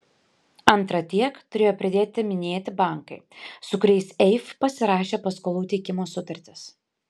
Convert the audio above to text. antra tiek turėjo pridėti minėti bankai su kuriais eif pasirašė paskolų teikimo sutartis